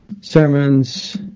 Sermons